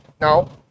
No